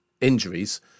injuries